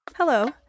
Hello